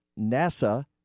NASA